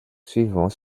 suivants